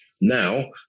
Now